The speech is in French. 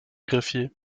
greffier